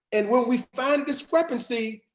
and when we find discrepancy,